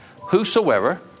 Whosoever